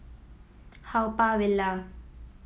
Haw Par Villa